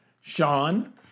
Sean